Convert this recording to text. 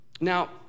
Now